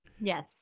Yes